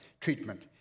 treatment